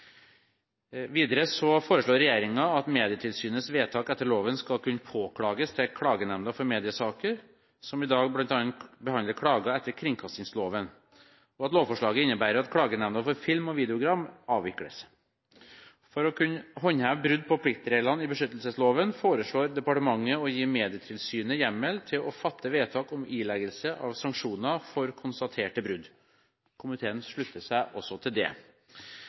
foreslår regjeringen at Medietilsynets vedtak etter loven skal kunne påklages til Klagenemnda for mediesaker – Medieklagenemnda – som i dag bl.a. behandler klager etter kringkastingsloven, og at lovforslaget innebærer at Klagenemnda for film og videogram avvikles. For å kunne håndheve brudd på pliktreglene i beskyttelsesloven foreslår departementet å gi Medietilsynet hjemmel til å fatte vedtak om ileggelse av sanksjoner for konstaterte brudd. Komiteen slutter seg også til det.